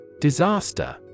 Disaster